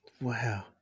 wow